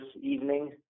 evening